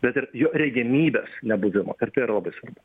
bet ir jo regimybės nebuvimo ir tai yra labai svarbu